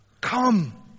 Come